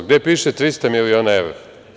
Gde piše 300 miliona evra?